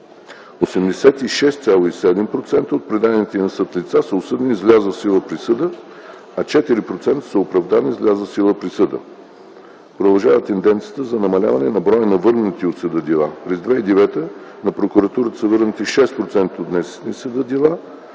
86,7% от предадените на съд лица са осъдени с влязла в сила присъда, а 4% са оправдани с влязла в сила присъда. Продължава тенденцията за намаляване на броя на върнатите от съда дела. През 2009 г. на прокуратурата са върнати 6% от внесените в съда дела